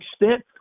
extent